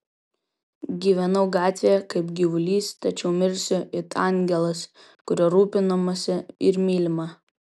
gyvenau gatvėje kaip gyvulys tačiau mirsiu it angelas kuriuo rūpinamasi ir mylima